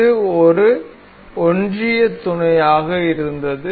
இது ஒரு ஒன்றிய துணையாக இருந்தது